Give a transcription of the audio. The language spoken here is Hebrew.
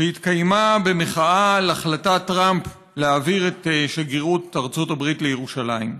שהתקיימה במחאה על החלטת טראמפ להעביר את שגרירות ארצות הברית לירושלים.